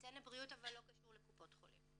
טנא בריאות אבל לא קשור לקופות חולים.